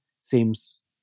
seems